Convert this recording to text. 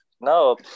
No